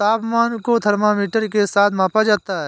तापमान को थर्मामीटर के साथ मापा जाता है